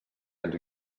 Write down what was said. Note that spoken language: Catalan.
ens